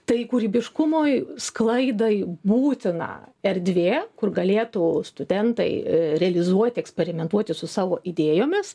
tai kūrybiškumui sklaidai būtina erdvė kur galėtų studentai realizuoti eksperimentuoti su savo idėjomis